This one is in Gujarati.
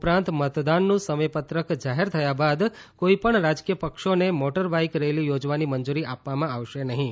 ઉપરાંત મતદાનનું સમય પત્રક જાહેર થયા બાદ કોઈપણ રાજકીય પક્ષોને મોટર બાઇક રેલી યોજવાની મંજુરી આપવામાં આવશે નહીં